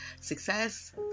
success